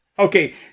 Okay